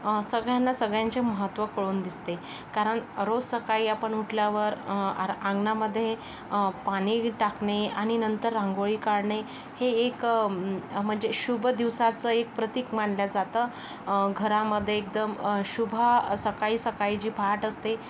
सगळ्यांना सगळ्यांचे महत्व कळून दिसते कारण रोज सकाळी आपण उठल्यावर अंगणामध्ये पाणी टाकणे आणि नंतर रांगोळी काढणे हे एक म्हणजे शुभ दिवसाचं एक प्रतीक मानलं जातं घरामध्ये एकदम शुभ सकाळी सकाळी जे पहाट असते